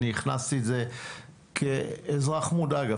אני הכנסתי את זה כאזרח מודאג,